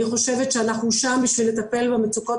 אני חושבת שאנחנו שם בשביל לטפל במצוקות